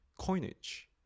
coinage